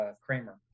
Kramer